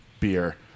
beer